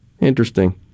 Interesting